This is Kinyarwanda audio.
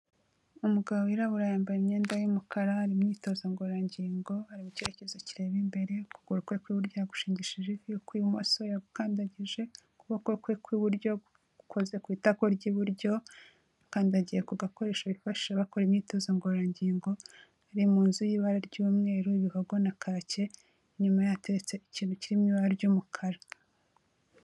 Umugabo wirabura yambaye imyenda y'umukara, ari mu imyitozo ngororangingo, ari mu cyerekezo kireba imbere, ukuguru kwe ku iburyo yagushingishije ivi, uk'ibumoso yagukandagije, ukuboko kwe ku iburyo gukoze ku itako ry'iburyo, akandagiye ku gakoresho bifashisha bakora imyitozo ngororangingo, ari mu nzu y'ibara ry'umweru, ibihogo na kake, inyuma ye hateretse ikintu kiri mu ibara ry'umukara.